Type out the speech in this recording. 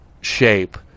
shape